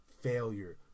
failure